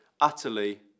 utterly